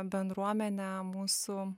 bendruomenė mūsų